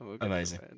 Amazing